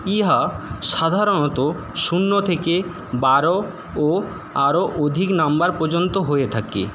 এটা সাধারণত শূন্য থেকে বারো ও আরও অধিক নম্বর পর্যন্ত হয়ে থাকে